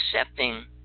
accepting